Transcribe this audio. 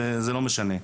זה לא משנה.